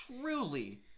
truly